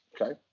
Okay